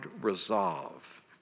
resolve